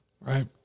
Right